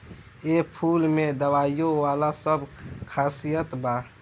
एह फूल में दवाईयो वाला सब खासियत बा